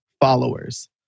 followers